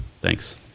Thanks